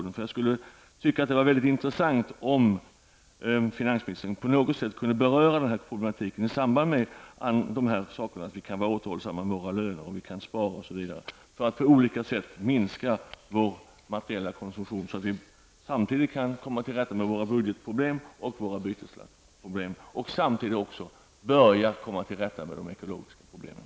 Det skulle vara intressant om finansministern på något sätt kunde beröra den här problematiken samtidigt som han talar om behovet av att vi skall vara återhållsamma med våra löner, att vi skall spara osv. för att på olika sätt minska vår materiella konsumtion och samtidigt komma till rätta med våra budgetproblem och våra bytesbalansproblem och därmed också börja att komma till rätta med de ekologiska problemen.